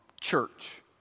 church